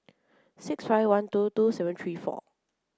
six five one two two seven three four